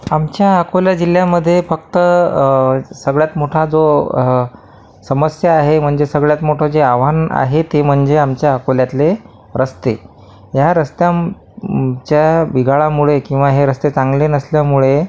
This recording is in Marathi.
आमच्या अकोला जिल्ह्यामध्ये फक्त सगळ्यात मोठा जो समस्या आहे म्हणजे सगळ्यात मोठं जे आव्हान आहे ते म्हणजे आमच्या अकोल्यातले रस्ते ह्या रस्त्यांच्या बिघाडामुळे किंवा हे रस्ते चांगले नसल्यामुळे